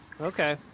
Okay